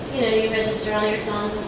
register all your songs